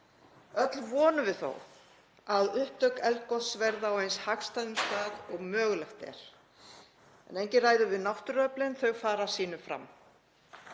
Öll vonum við þó að upptök eldgoss verði á eins hagstæðum stað og mögulegt er. Enginn ræður við náttúruöflin, þau fara sínu fram